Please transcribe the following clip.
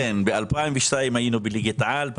ב-2004 היינו בליגת העל.